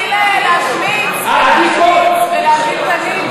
אתה מתחיל להשמיץ ולהשחיר פנים.